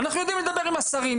אנחנו יודעים לדבר עם השרים,